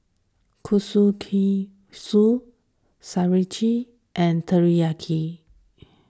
Kushikatsu Sauerkraut and Teriyaki